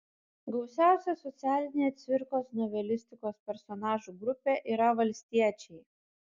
gausiausia socialinė cvirkos novelistikos personažų grupė yra valstiečiai